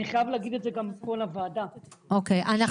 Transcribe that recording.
אני חייב להגיד את זה גם פה לוועדה --- ממש